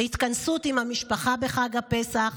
בהתכנסות עם המשפחה בחג הפסח,